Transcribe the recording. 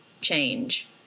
change